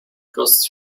costs